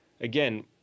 again